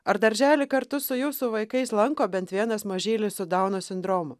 ar darželį kartu su jūsų vaikais lanko bent vienas mažylis su dauno sindromu